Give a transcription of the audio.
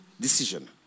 decision